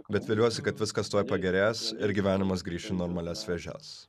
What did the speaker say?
bet viliuosi kad viskas tuoj pagerės ir gyvenimas grįš į normalias vėžes